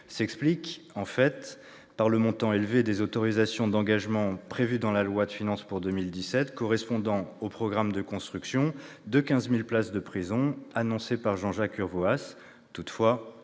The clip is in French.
s'explique par le montant élevé des autorisations d'engagement prévues dans la loi de finances pour 2017 correspondant au programme de construction de 15 000 places de prison annoncé par Jean-Jacques Urvoas. Toutefois,